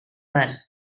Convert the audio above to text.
man